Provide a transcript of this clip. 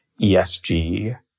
ESG